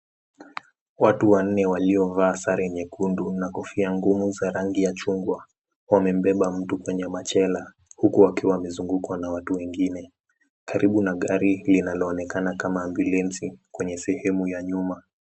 Watu wanne waliovaa sare nyekundu na kofia ngumu za rangi ya chungwa, wamembeba mtu kwenye machela, huku wakiwa wamezungukwa na watu wengine, karibu na gari linaloonekana kama ambulensi kwenye sehemu ya nyuma.